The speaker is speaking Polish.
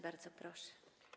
Bardzo proszę.